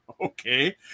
Okay